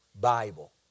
Bible